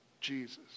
Jesus